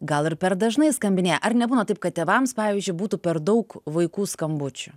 gal ir per dažnai skambinėja ar nebūna taip kad tėvams pavyzdžiui būtų per daug vaikų skambučių